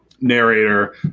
narrator